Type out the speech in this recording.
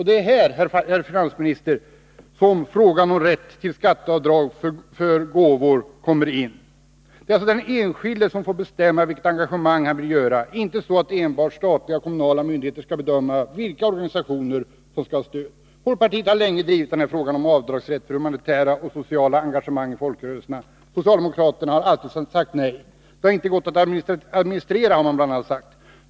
Det är här, herr finansminister, som frågan om rätt till skatteavdrag för gåvor kommer in. Det är alltså den enskilde som skall bestämma vilket engagemang han vill stå för i stället för att enbart statliga och kommunala myndigheter skall bedöma vilka organisationer som skall ha stöd. Folkpartiet har länge drivit frågan om rätt till avdrag för humanitära och sociala engagemang i folkrörelser. Socialdemokraterna har alltid sagt nej. Det går inte att administrera, har man bl.a. sagt.